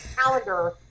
calendar